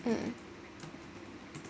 um